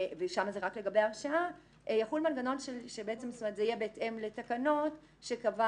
היום ושם זה רק לגבי הרשעה יחול מנגנון שיהיה בהתאם לתקנות שקבע